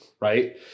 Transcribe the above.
right